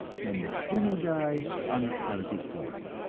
and macswiney died on the seventy-fourth.